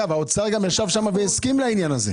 האוצר ישב שם והסכים לעניין הזה.